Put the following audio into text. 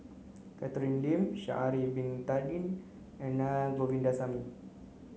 Catherine Lim Sha'ari bin Tadin and Naa Govindasamy